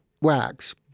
wax